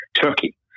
Turkey